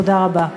תודה רבה.